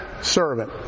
servant